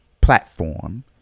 platform